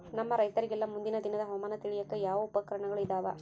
ನಮ್ಮ ರೈತರಿಗೆಲ್ಲಾ ಮುಂದಿನ ದಿನದ ಹವಾಮಾನ ತಿಳಿಯಾಕ ಯಾವ ಉಪಕರಣಗಳು ಇದಾವ?